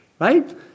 right